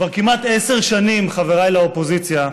כבר כמעט עשר שנים, חבריי לאופוזיציה,